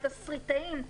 על התסריטאים.